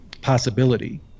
possibility